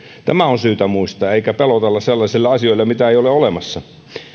tämä on syytä muistaa eikä pidä pelotella sellaisilla asioilla joita ei ole olemassa